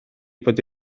bod